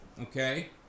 Okay